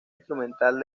instrumental